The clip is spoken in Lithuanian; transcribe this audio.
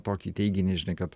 tokį teiginį žinai kad